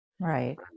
Right